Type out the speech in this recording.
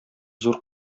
зур